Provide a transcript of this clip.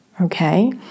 okay